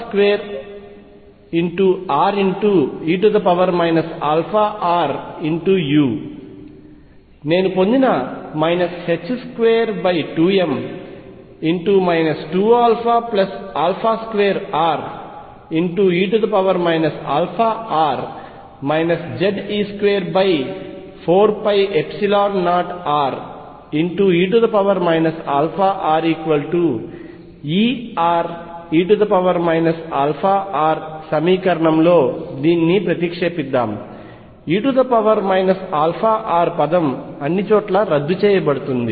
నేను పొందిన 22m 2α2re αr Ze24π0re αrEre αr సమీకరణంలో దీనిని ప్రతిక్షేపిద్దాం e αr పదం అంతటా రద్దు చేయబడుతుంది